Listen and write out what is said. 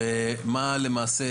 ומה למעשה,